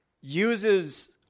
uses